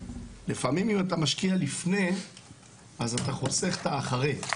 לפעמים אם אתה משקיע לפני אז אתה חוסך את האחרי.